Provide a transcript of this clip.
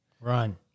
Run